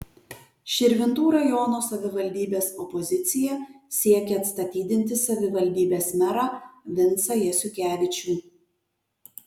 širvintų rajono savivaldybės opozicija siekia atstatydinti savivaldybės merą vincą jasiukevičių